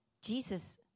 Jesus